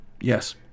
yes